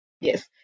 Yes